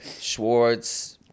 Schwartz